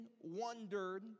wondered